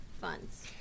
funds